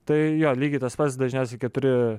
tai jo lygiai tas pats dažniausiai keturi